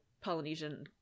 Polynesian